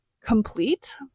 complete